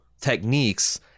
techniques